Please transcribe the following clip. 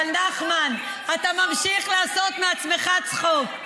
אבל נחמן, אתה ממשיך לעשות מעצמך צחוק.